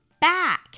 back